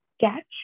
catch